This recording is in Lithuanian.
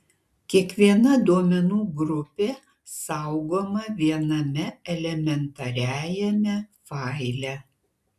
kiekviena duomenų grupė saugoma viename elementariajame faile